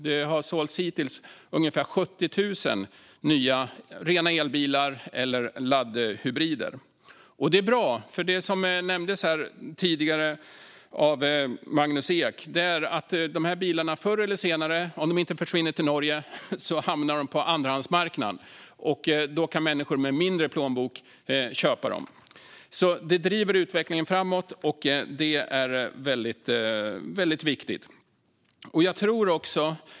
Det har hittills sålts ungefär 70 000 nya rena elbilar eller laddhybrider. Det är bra. Som nämndes här tidigare av Magnus Ek kommer de här bilarna förr eller senare - om de inte försvinner till Norge - att hamna på andrahandsmarknaden. Då kan människor med mindre plånbok köpa dem. Det driver alltså utvecklingen framåt, och det är väldigt viktigt.